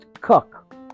cook